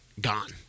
gone